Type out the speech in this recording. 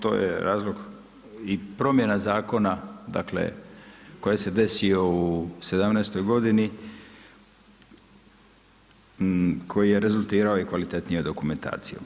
To je razlog i promjena zakona, dakle koji se desio u sedamnaestoj godini, koji je rezultirao i kvalitetnijom dokumentacijom.